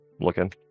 Looking